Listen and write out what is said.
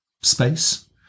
space